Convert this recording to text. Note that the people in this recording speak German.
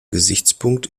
gesichtspunkt